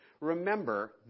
remember